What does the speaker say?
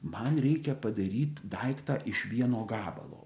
man reikia padaryt daiktą iš vieno gabalo